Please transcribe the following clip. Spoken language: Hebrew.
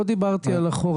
לא דיברתי על אחורה,